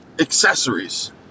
accessories